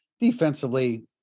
defensively